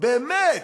באמת,